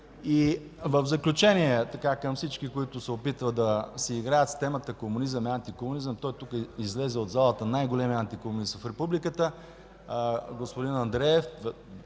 В заключение, към всички, които се опитват да си играят с темата „Комунизъм и антикомунизъм”. От залата излезе най-големият антикомунист в Републиката господин Андреев,